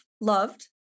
loved